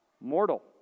mortal